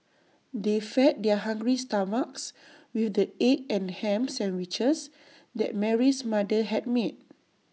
they fed their hungry stomachs with the egg and Ham Sandwiches that Mary's mother had made